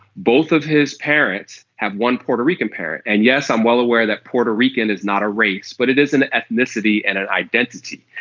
both of his parents have one puerto rican parent. and yes i'm well aware that puerto rican is not a race but it is an ethnicity and an identity.